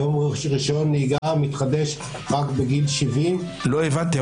היום רישיון נהיגה מתחדש רק בגיל 70. לא הבנתי,